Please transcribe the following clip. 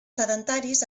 sedentaris